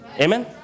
Amen